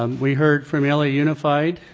um we heard from la unified